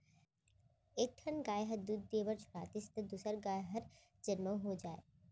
एक ठन गाय ह दूद दिये बर छोड़ातिस त दूसर गाय हर जनमउ हो जाए